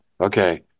okay